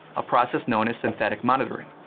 a process known as synthetic monitoring.